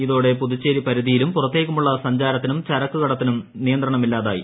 ഇതോടെ പുതുച്ചേരി പരിധിയിലും പുറത്തേക്കുമുള്ള സഞ്ചാരത്തിനും ചരക്ക് കടത്തിനും നിയന്ത്രണമില്ലാതായി